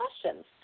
questions